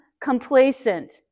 complacent